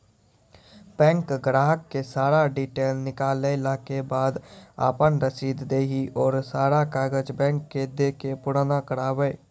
Bank ग्राहक के सारा डीटेल निकालैला के बाद आपन रसीद देहि और सारा कागज बैंक के दे के पुराना करावे?